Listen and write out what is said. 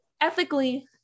ethically